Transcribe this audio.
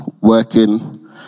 working